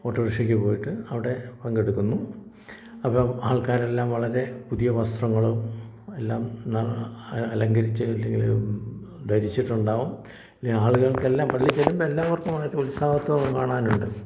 ഓട്ടോറിക്ഷയ്ക്ക് പോയിട്ട് അവിടെ പങ്കെടുക്കുന്നു അപ്പം ആൾക്കാരെല്ലാം വളരെ പുതിയ വസ്ത്രങ്ങളും എല്ലാം ന അലങ്കരിച്ച അല്ലെങ്കില് ധരിച്ചിട്ടുണ്ടാകും അല്ലെങ്കില് ആളുകൾക്കെല്ലാം പള്ളിയിൽ ചെല്ലുമ്പോൾ എല്ലാവർക്കും വളരെ ഉത്സാഹമൊക്കെ കാണാനുണ്ട്